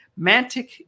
Mantic